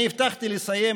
אני הבטחתי לסיים,